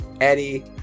Eddie